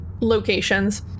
locations